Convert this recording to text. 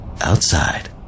outside